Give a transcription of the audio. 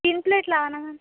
तीन प्लेट लावा ना मॅम